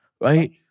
right